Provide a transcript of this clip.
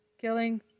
killing